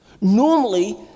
Normally